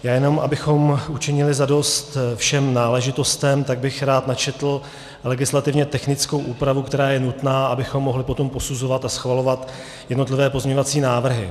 Já jenom abychom učinili zadost všem náležitostem, tak bych rád načetl legislativně technickou úpravu, která je nutná, abychom mohli potom posuzovat a schvalovat jednotlivé pozměňovací návrhy.